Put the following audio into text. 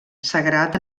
sagrat